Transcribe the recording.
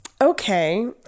okay